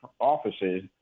offices